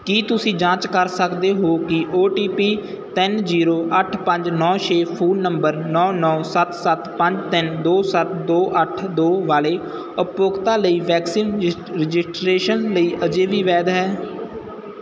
ਕੀ ਤੁਸੀਂ ਜਾਂਚ ਕਰ ਸਕਦੇ ਹੋ ਕਿ ਓ ਟੀ ਪੀ ਤਿੰਨ ਜੀਰੋ ਅੱਠ ਪੰਜ ਨੌਂ ਛੇ ਫ਼ੋਨ ਨੰਬਰ ਨੌਂ ਨੌਂ ਸੱਤ ਸੱਤ ਪੰਜ ਤਿੰਨ ਦੋ ਸੱਤ ਦੋ ਅੱਠ ਦੋ ਵਾਲੇ ਉਪਭੋਗਤਾ ਲਈ ਵੈਕਸੀਨ ਰਜਿ ਰਜਿਸਟ੍ਰੇਸ਼ਨ ਲਈ ਅਜੇ ਵੀ ਵੈਧ ਹੈ